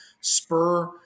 spur